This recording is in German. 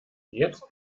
jetzt